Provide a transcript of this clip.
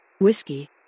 Whiskey